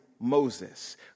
Moses